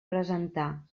presentar